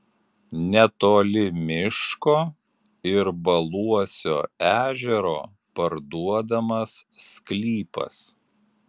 netoli miško ir baluosio ežero parduodamas sklypas